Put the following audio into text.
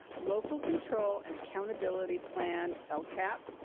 local control and accountability plan, lcap.